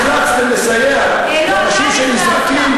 אז תיזהר בדבריך,